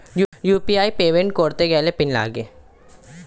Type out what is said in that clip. UPI payment করতে গেলে pin লাগে